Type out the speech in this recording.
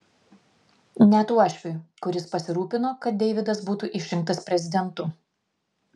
net uošviui kuris pasirūpino kad deividas būtų išrinktas prezidentu